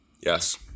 Yes